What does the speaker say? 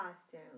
costume